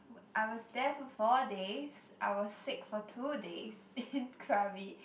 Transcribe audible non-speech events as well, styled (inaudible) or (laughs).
I was there for four days I was sick for two days (laughs) in Krabi